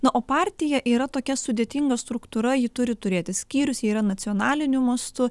na o partija yra tokia sudėtinga struktūra ji turi turėti skyrius ji yra nacionaliniu mastu